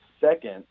second